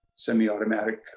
semi-automatic